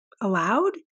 allowed